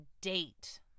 date